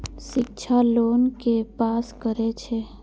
शिक्षा लोन के पास करें छै?